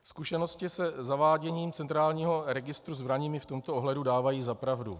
Zkušenosti se zaváděním centrálního registru zbraní mi v tomto ohledu dávají za pravdu.